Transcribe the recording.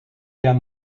down